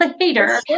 later